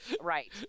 Right